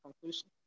conclusion